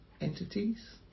entities